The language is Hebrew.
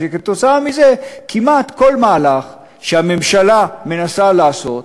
שבגללו כמעט כל מהלך שהממשלה מנסה לעשות,